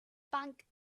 bank